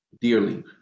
dearly